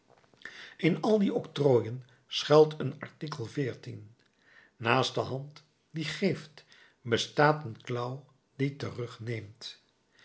in al die octrooien schuilt een artikel naast de hand die geeft bestaat een klauw die terug neemt